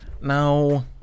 Now